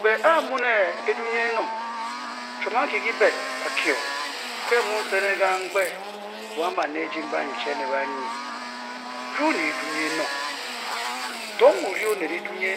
Bē are molē adu nye anenor munk chom manki bebe or omen he mu selenk kambe buan na neji quen le adul ne enor tang ole onel edi ne